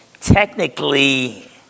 technically